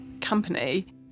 company